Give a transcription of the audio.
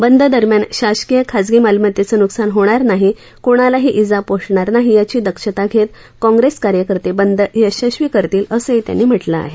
बंद दरम्यान शासकीय खाजगी मालमत्तेचं नुकसान होणार नाही कोणालाही इजा पोहचणार नाही याची दक्षता घेत काँप्रेस कार्यकर्ते बंद यशस्वी करतील असंही त्यांनी म्हटलं आहे